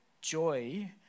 joy